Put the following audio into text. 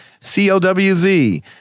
COWZ